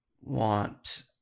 want